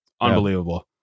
unbelievable